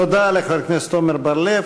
תודה לחבר הכנסת עמר בר-לב.